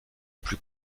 plus